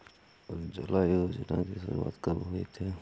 उज्ज्वला योजना की शुरुआत कब हुई थी?